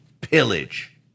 pillage